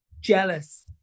jealous